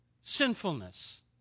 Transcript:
sinfulness